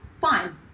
fine